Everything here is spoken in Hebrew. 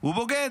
הוא בוגד,